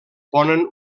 ponen